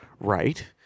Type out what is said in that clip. right